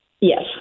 Yes